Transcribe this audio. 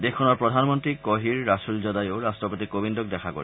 দেশখনৰ প্ৰধানমন্ত্ৰী কহিৰ ৰাছুলজদায়ো ৰাষ্ট্ৰপতি কোৱিন্দক দেখা কৰিব